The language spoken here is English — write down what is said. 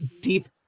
deep